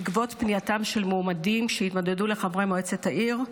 בעקבות פנייתם של מועמדים שהתמודדו לחברי מועצת העיר,